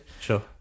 sure